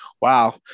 wow